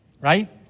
right